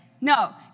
No